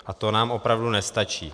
A to nám opravdu nestačí.